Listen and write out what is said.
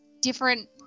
different